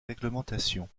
réglementation